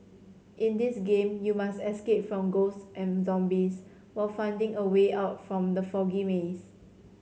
in this game you must escape from ghosts and zombies while finding a way out from the foggy maze